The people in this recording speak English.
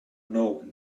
know